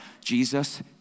Jesus